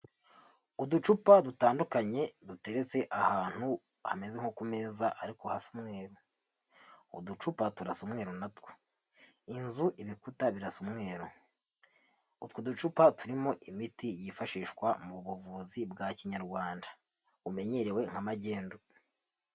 Uducupa dutandukanye duteretse ahantu hameze nko ku meza ariko hasa umweru, uducupa turasa umweru natwo, inzu ibikuta birasa umweru, utwo ducupa turimo imiti yifashishwa mu buvuzi bwa kinyarwanda bumenyerewe nka magendu.